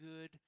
good